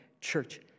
church